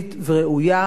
לוועדת החינוך,